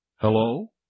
Hello